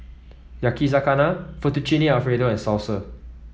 Yakizakana Fettuccine Alfredo and Salsa